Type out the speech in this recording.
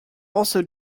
also